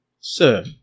Sir